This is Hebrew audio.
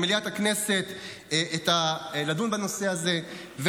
ממליאת הכנסת לדון בנושא הזה,